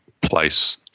place